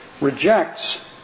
rejects